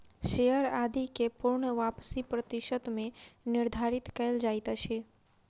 share आदि के पूर्ण वापसी प्रतिशत मे निर्धारित कयल जाइत अछि